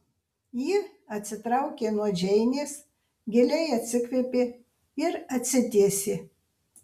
ji atsitraukė nuo džeinės giliai atsikvėpė ir atsitiesė